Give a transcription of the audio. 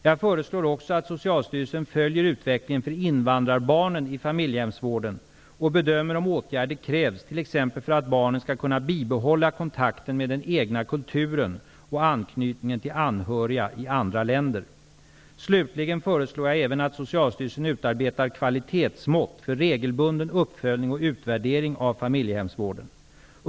Jag föreslår också att Socialstyrelsen följer utvecklingen för invandrarbarnen i familjehemsvården och bedömer om åtgärder krävs t.ex. för att barnen skall kunna bibehålla kontakten med den egna kulturen och anknytningen till anhöriga i andra länder. Slutligen föreslår jag även att Socialstyrelsen utarbetar kvalitetsmått för regelbunden uppföljning och utvärdering av familjehemsvården.